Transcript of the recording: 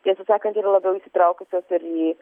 tiesą sakant yra labiau įsitraukusios į